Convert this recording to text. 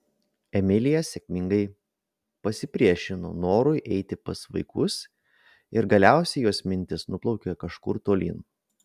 emilija sėkmingai pasipriešino norui eiti pas vaikus ir galiausiai jos mintys nuplaukė kažkur tolyn